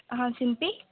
ਹਾਂ ਸਿੰਪੀ